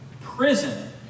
prison